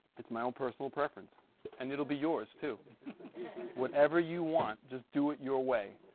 it's my own personal preference and it'll be yours to whatever you want, just do it your way.